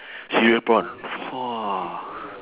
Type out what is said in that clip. cereal prawn !wah!